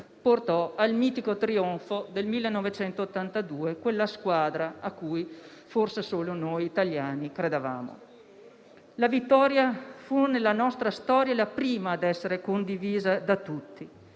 portò al mitico trionfo del 1982 quella squadra cui forse solo noi italiani credevamo. Nella nostra storia quella vittoria fu la prima a essere condivisa da tutti.